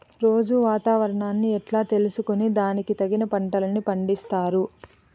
రోజూ వాతావరణాన్ని ఎట్లా తెలుసుకొని దానికి తగిన పంటలని పండిస్తారు?